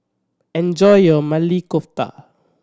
enjoy your Maili Kofta